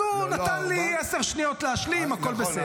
אז הוא נתן לי עשר שניות להשלים, הכול בסדר.